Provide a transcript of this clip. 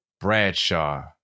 Bradshaw